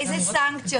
איזה סנקציות?